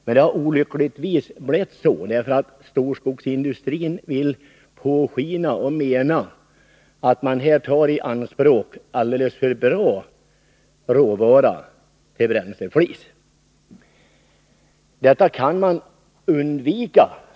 Men det har olyckligtvis blivit så, därför att skogsindustrin vill låta påskina att man tar i anspråk alldeles för bra råvara till bränsleflis.